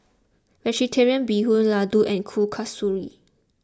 Vegetarian Bee Hoon Laddu and Kuih Kasturi